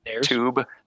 tube